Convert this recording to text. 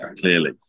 clearly